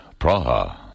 Praha